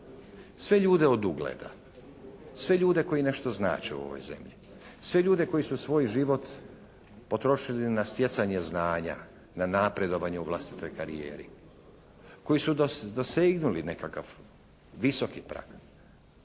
sve ljude od ugleda, sve ljude koji nešto znače u ovoj zemlji, sve ljude koji su svoj život potrošili na stjecanje znanja, na napredovanje u vlastitoj karijeri. Koji su dosegnuli nekakav visoki prag.